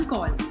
Call